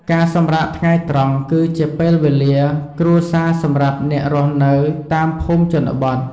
ការសម្រាកថ្ងៃត្រង់គឺជាពេលវេលាគ្រួសារសម្រាប់អ្នករស់នៅតាមភូមិជនបទ។